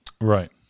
Right